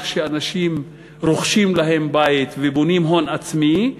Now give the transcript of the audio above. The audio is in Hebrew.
שאנשים רוכשים להם בית ובונים הון עצמי.